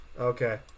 Okay